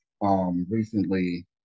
recently